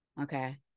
Okay